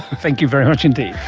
thank you very much indeed.